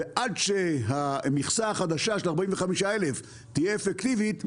ועד שהמכסה החדשה של 45,000 תהיה אפקטיבית,